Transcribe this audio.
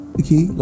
okay